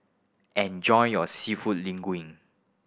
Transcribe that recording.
enjoy your Seafood Linguine